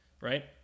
Right